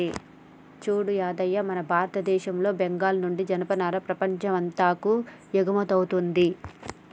సూడు యాదయ్య మన భారతదేశంలో బెంగాల్ నుండి జనపనార ప్రపంచం అంతాకు ఎగుమతౌతుంది